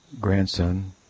grandson